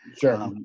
sure